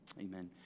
amen